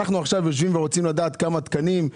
אנחנו עכשיו רוצים לדעת כמה תקנים.